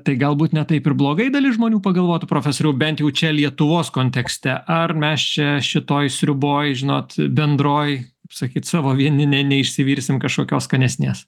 tai galbūt ne taip ir blogai dalis žmonių pagalvotų profesoriau bent jau čia lietuvos kontekste ar mes čia šitoj sriuboj žinot bendroj kaip sakyt savo vieni ne neišsiversim kažkokios skanesnės